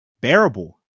Bearable